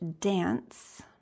dance